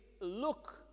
look